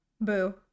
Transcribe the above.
Boo